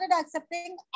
accepting